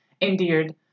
endeared